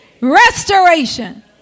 restoration